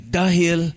dahil